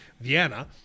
Vienna